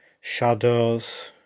shadows